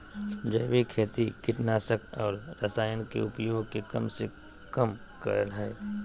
जैविक खेती कीटनाशक और रसायन के उपयोग के कम से कम करय हइ